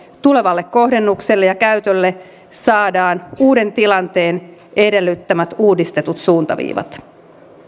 tulevalle kohdennukselle ja käytölle saadaan uuden tilanteen edellyttämät uudistetut suuntaviivat